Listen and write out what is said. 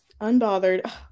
unbothered